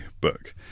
book